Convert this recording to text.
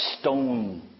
stone